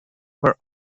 were